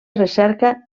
recerca